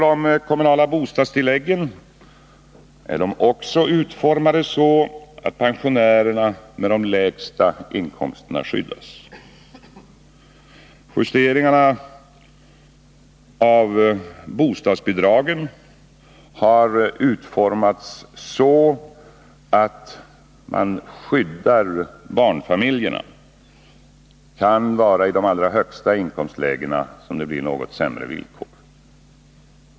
De kommunala bostadstilläggen är också utformade så att pensionärerna med de lägsta inkomsterna skyddas. Justeringarna av bostadsbidragen har utformats så att barnfamiljerna inte berörs — för barnfamiljer i de allra högsta inkomstlägena kan det möjligen bli något sämre villkor.